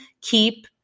keep